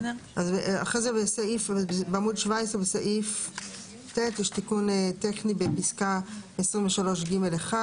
בסעיף (ט) יש תיקון טכנית בפסקה (23)(ג)(1),